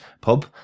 pub